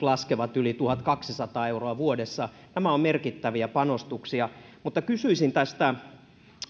laskevat yli tuhatkaksisataa euroa vuodessa nämä ovat merkittäviä panostuksia mutta kysyisin tästä viisi